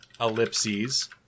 Ellipses